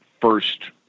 first